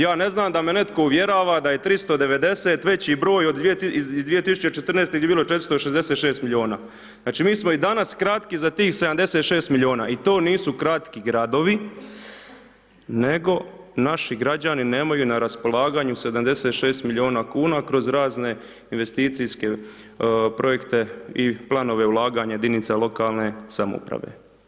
Ja ne znam, da me netko uvjerava da 390 veći broj iz 2014. di je bilo 466 milijuna, znači mi smo i danas kratki za tih 76 milijuna i to nisu kratki gradova nego naši građani nemaju na raspolaganju 76 milijuna kuna kroz razne investicijske projekte i planove ulaganja jedinica lokalne samouprave.